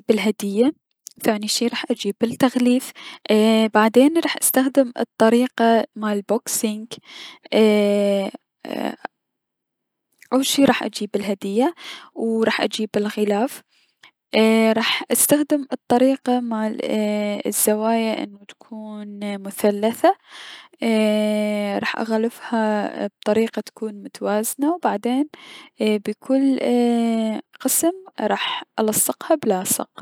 اول شي راح اجيب الهدية ثاني شي راح اجيب التغليف ايي- بعدين راح استخدم الطريقة مال الزواية انو تكون مثلثة و لراح اغلفها ابطريقة اتكون متوازنة و بعدين ايي- بكل زاوية راح الصقها بلاصق.